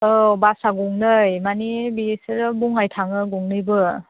औ बासा गंनै माने बिसोरो बङाइ थाङो गंनैबो